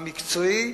המקצועי.